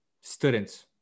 students